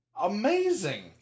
amazing